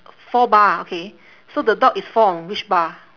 four bar okay so the dog is fall on which bar